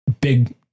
big